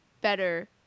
better